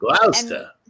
Gloucester